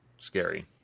scary